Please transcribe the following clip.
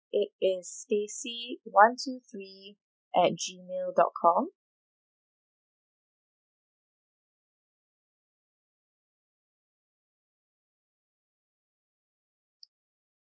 it is stacy one two three at gmail dot com